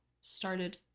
started